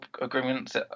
agreements